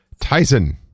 Tyson